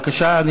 בבקשה.